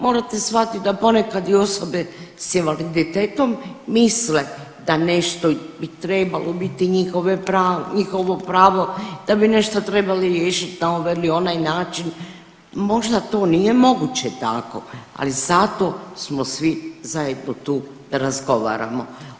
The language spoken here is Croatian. Morate shvatiti da ponekad i osobe s invaliditetom misle da nešto bi trebalo biti njihovo pravo da bi nešto trebali riješiti na ovaj ili onaj način, možda to nije moguće tako, ali zato smo svi zajedno tu da razgovaramo.